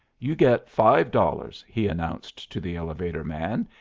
you get five dollars, he announced to the elevator man,